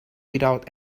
without